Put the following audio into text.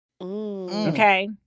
Okay